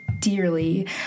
dearly